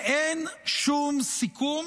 שאין שום סיכום